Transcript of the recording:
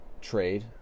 trade